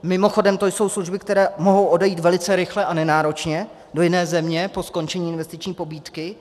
Mimochodem to jsou služby, které mohou odejít velice rychle a nenáročně do jiné země po skončení investiční pobídky.